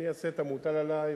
אני אעשה את המוטל עלי,